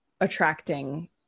attracting